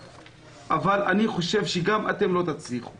אבל אני חושב שגם אתם לא תצליחו